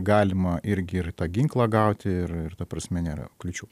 galima irgi ir tą ginklą gauti ir ir ta prasme nėra kliūčių